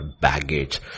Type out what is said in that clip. baggage